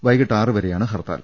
വൈകീട്ട് ആറുവരെയാണ് ഹർത്താൽ